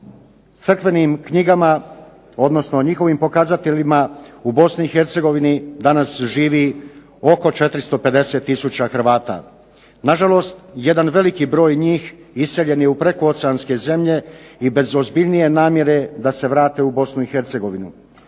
crkvenim knjigama, odnosno njihovim pokazateljima u BiH danas živi oko 450 tisuća Hrvata. Na žalost jedan veliki broj njih iseljen je u prekooceanske zemlje i bez ozbiljnije namjere da se vrate u Bosnu i Hercegovinu.